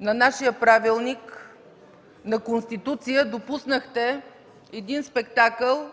на нашия правилник, на Конституцията допуснахте един спектакъл,